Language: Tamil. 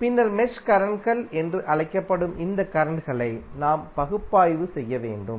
பின்னர் மெஷ் கரண்ட்கள் என்று அழைக்கப்படும் இந்த கரண்ட்களை நாம் பகுப்பாய்வு செய்ய வேண்டும்